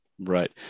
Right